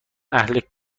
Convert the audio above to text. اهل